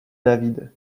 david